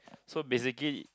so basically